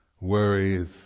worries